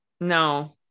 No